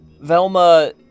Velma